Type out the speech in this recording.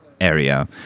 area